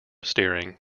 steering